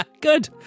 Good